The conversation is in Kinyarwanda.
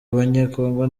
abanyekongo